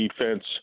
defense